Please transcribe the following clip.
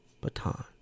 baton